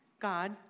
God